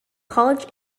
college